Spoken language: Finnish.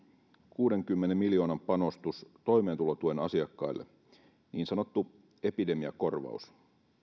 kuudenkymmenen miljoonan panostus toimeentulotuen asiakkaille niin sanottu epidemiakorvaus